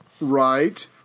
Right